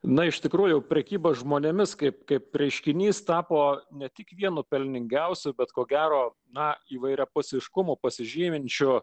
na iš tikrųjų prekyba žmonėmis kaip kaip reiškinys tapo ne tik vienu pelningiausių bet ko gero nuo įvairiapusiškumo pasižyminčiu